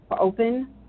open